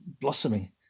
blossoming